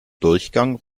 durchgang